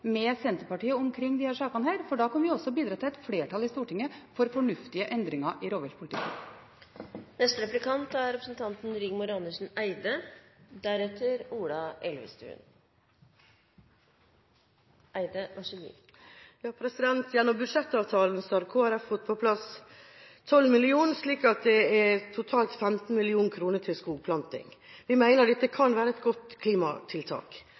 med Senterpartiet omkring disse sakene, for da kan vi også bidra til et flertall i Stortinget for fornuftige endringer i rovviltpolitikken. Gjennom budsjettavtalen har Kristelig Folkeparti fått på plass 12 mill. kr, slik at det totalt er 15 mill. kr til skogplanting. Vi mener dette kan være et godt klimatiltak.